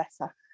better